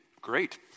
Great